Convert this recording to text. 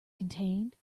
contained